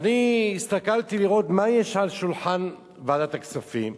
והסתכלתי מה יש על שולחן ועדת הכספים,